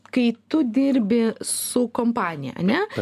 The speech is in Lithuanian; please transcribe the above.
kai tu dirbi su kompanija ane